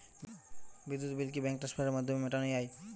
বিদ্যুৎ বিল কি ব্যাঙ্ক ট্রান্সফারের মাধ্যমে মেটানো য়ায়?